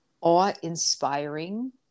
awe-inspiring